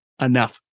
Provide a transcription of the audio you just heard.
enough